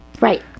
Right